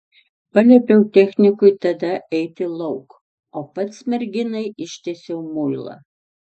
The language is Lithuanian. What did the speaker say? paliepiau technikui tada eiti lauk o pats merginai ištiesiau muilą